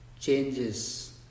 changes